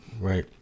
right